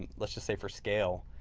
let's just say for scale